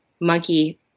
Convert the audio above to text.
monkey